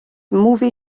movie